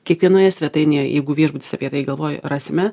kiekvienoje svetainėje jeigu viešbutis apie tai galvoja rasime